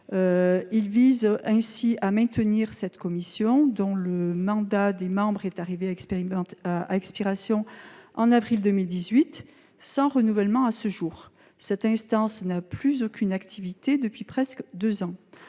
conduirait au maintien d'une commission dont le mandat des membres est arrivé à expiration en avril 2018, sans renouvellement à ce jour, et qui n'a plus aucune activité depuis presque deux ans.